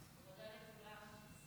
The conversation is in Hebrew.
סעיפים 1 2